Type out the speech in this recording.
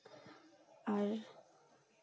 ᱟᱨ